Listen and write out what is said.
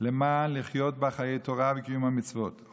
למען לחיות בה חיי התורה לשמה ולקיים מצוותיה,